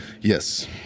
Yes